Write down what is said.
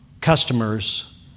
customers